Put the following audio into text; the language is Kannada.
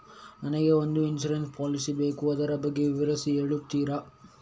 ನನಗೆ ಒಂದು ಇನ್ಸೂರೆನ್ಸ್ ಪಾಲಿಸಿ ಬೇಕು ಅದರ ಬಗ್ಗೆ ವಿವರಿಸಿ ಹೇಳುತ್ತೀರಾ?